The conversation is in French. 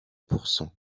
pourcent